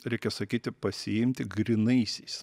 reikia sakyti pasiimti grynaisiais